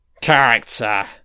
character